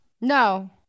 No